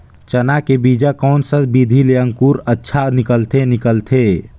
चाना के बीजा कोन सा विधि ले अंकुर अच्छा निकलथे निकलथे